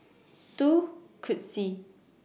two Cutsy